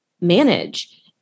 manage